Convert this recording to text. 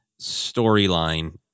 storyline